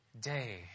day